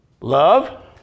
love